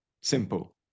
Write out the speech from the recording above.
simple